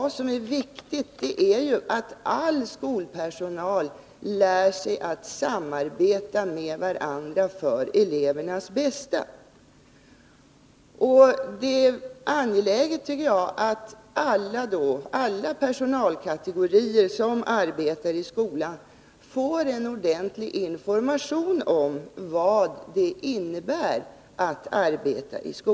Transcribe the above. Det viktiga är att allskolpersonal lär sig att samarbeta med varandra för elevernas bästa. Då är det angeläget att alla personalkategorier i skolan får en ordentlig information om vad det innebär att arbeta där.